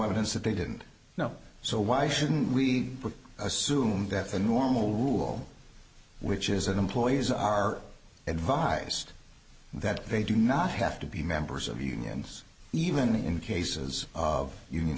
evidence that they didn't know so why shouldn't we assume that the normal rule which is that employees are advised that they do not have to be members of unions even in cases of union